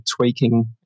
tweaking